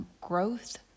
growth